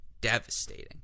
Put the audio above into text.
devastating